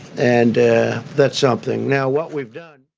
and that's something now what we've done.